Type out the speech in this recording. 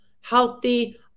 Healthy